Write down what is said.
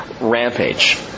rampage